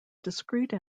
discrete